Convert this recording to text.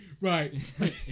Right